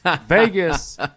vegas